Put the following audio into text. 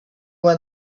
when